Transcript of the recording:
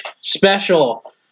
special